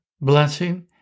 blessing